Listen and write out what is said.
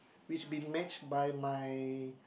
which been match by my